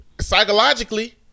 psychologically